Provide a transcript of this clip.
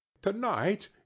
To-night